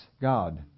God